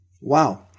Wow